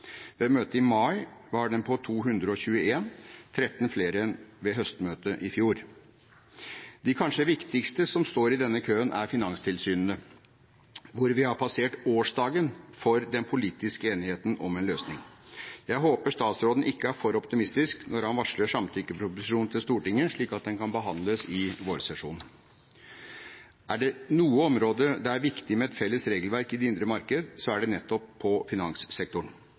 Ved møtet i mai var den på 221, 13 flere enn ved høstmøtet i fjor. De kanskje viktigste som står i denne køen, er finanstilsynene, hvor vi har passert årsdagen for den politiske enigheten om en løsning. Jeg håper statsråden ikke er for optimistisk når han varsler samtykkeproposisjonen til Stortinget, slik at den kan behandles i vårsesjonen. Er det noe område der det er viktig med et felles regelverk i det indre marked, er det nettopp innen finanssektoren.